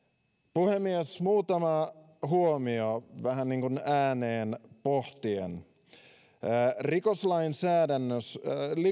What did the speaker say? puhemies muutama huomio vähän niin kuin ääneen pohtien rikoslainsäädännössä